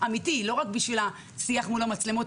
ולא רק בשביל המצלמות.